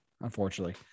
Unfortunately